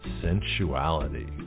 sensuality